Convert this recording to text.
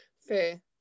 fair